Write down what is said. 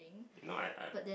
no I I